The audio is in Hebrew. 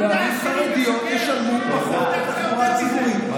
שבערים חרדיות ישלמו פחות על תחבורה ציבורית.